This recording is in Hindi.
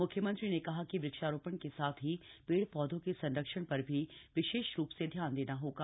मुख्यमंत्री ने कहा कि वृक्षारोपण के साथ ही पेड़ पौधों के संरक्षण पर भी विशेषरूप से ध्यान देना होगा